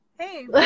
Hey